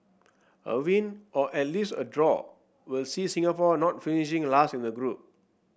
a win or at least a draw will see Singapore not finishing last in the group